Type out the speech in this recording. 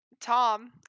Tom